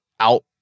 Out